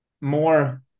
more